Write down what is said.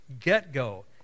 get-go